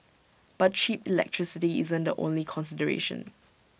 but cheap electricity isn't the only consideration